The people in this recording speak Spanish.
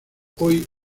hoy